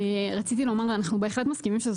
רציתי לומר שאנחנו בהחלט מסכימים שזו